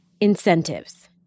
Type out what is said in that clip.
incentives